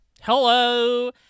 Hello